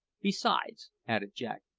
besides, added jack,